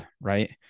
right